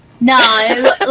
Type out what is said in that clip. No